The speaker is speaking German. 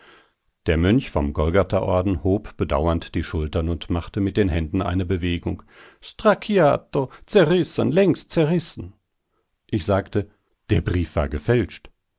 der mönch vom golgatha orden hob bedauernd die schultern und machte mit den händen eine bewegung stracciato zerrissen längst zerrissen ich sagte der brief war gefälscht